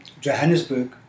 Johannesburg